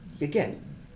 Again